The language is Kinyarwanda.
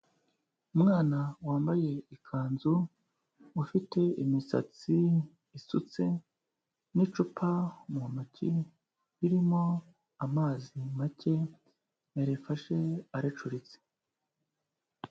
Umwana wambaye ikanzu, ufite imisatsi isutse, n'icupa mu ntoki ririmo amazi make yarifashe aricuritse.